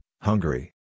Hungary